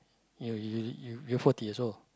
you you you you forty years old